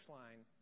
line